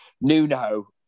Nuno